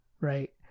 right